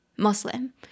Muslim